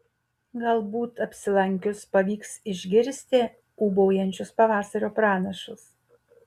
galbūt apsilankius pavyks išgirsti ūbaujančius pavasario pranašus